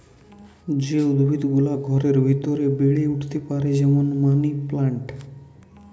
যে উদ্ভিদ গুলা ঘরের ভিতরে বেড়ে উঠতে পারে যেমন মানি প্লান্ট